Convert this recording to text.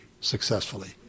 successfully